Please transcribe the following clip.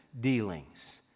dealings